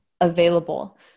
available